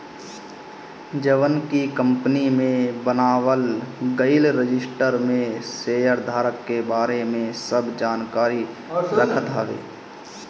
जवन की कंपनी में बनावल गईल रजिस्टर में शेयरधारक के बारे में सब जानकारी रखत हवे